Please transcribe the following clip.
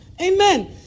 Amen